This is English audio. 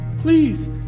please